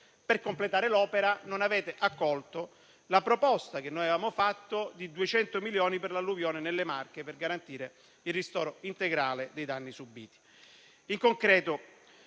Per completare l'opera, non avete accolto la proposta che noi avevamo fatto di 200 milioni per l'alluvione nelle Marche, per garantire il ristoro integrale dei danni subiti.